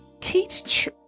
teach